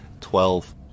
Twelve